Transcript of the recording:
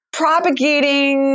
propagating